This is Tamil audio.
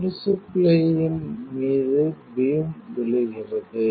கிருசிப்பிலேயின் மீது பீம் விழுகிறது